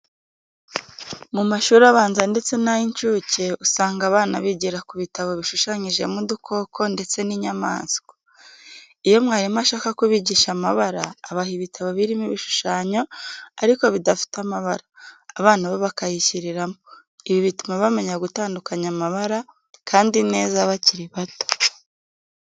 Mu mashuri abanza ndetse nay'incuke, usanga abana bigira kubitabo bishushanyijemo udukoko ndetse n'inyamaswa. Iyo mwarimu ashaka kubigisha amabara, abaha ibitabo birimo ibishushanyo ariko bidafite amabara, abana bo bakayishyiriramo, ibi bituma bamenya gutandukanya amabara kandi neza bakiri bato.